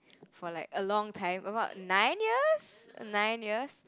for like a long time about nine years nine years